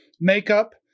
makeup